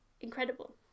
incredible